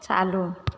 चालू